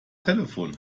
telefon